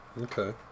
Okay